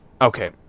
Okay